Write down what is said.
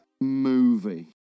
movie